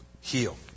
heal